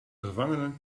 gevangenen